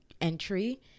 entry